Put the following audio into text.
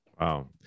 Wow